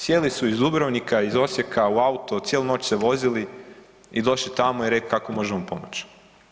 Sjeli su iz Dubrovnika iz Osijeka u auto, cijelu noć se vozili i došli tamo i rekli kako možemo pomoći.